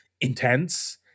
intense